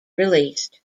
released